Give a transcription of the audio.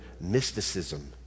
mysticism